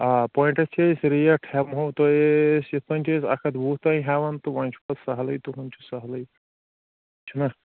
آ پایِنٛٹَس چھِ أسۍ ریٹ ہٮ۪مہٕ ہو تۄہہِ أسۍ یِتھ پٔنۍ چھِ أسۍ اَکھ ہَتھ وُہ تام ہٮ۪وان تہٕ وۄنۍ چھُ پَتہٕ سَہلٕے تُہُنٛد چھُ سَہلٕے چھُنہ